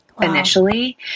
initially